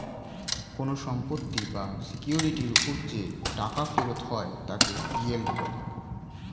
কোন সম্পত্তি বা সিকিউরিটির উপর যে টাকা ফেরত হয় তাকে ইয়েল্ড বলে